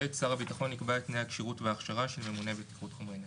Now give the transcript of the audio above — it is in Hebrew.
שר הביטחון יקבע את תנאי הכשירות וההכשרה של ממונה בטיחות חומרי נפץ.